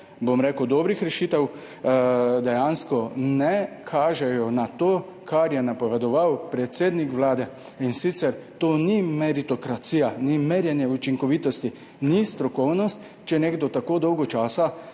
dobrih rešitev dejansko ne kažejo na to, kar je napovedoval predsednik Vlade, in sicer, to ni meritokracija, ni merjenje učinkovitosti, ni strokovnost, če je nekdo tako dolgo časa